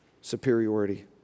superiority